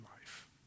life